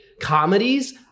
comedies